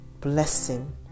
blessing